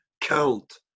count